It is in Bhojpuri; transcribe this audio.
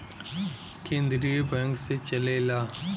केन्द्रीय बैंक से चलेला